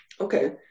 okay